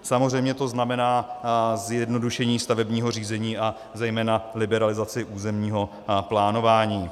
Samozřejmě to znamená zjednodušení stavebního řízení a zejména liberalizaci územního plánování.